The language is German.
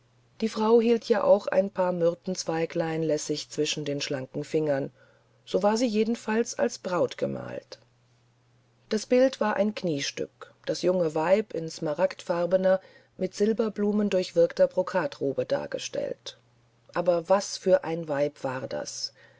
die frau hielt ja auch ein paar myrtenzweiglein lässig zwischen den schlanken fingern so war sie jedenfalls als braut gemalt das bild war ein kniestück das junge weib in smaragdfarbener mit silberblumen durchwirkter brokatrobe darstellend aber was für ein weib war das